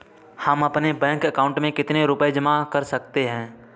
हम अपने bank account में कितने रुपये जमा कर सकते हैं?